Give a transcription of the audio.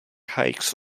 hikes